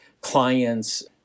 client's